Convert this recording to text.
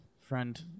friend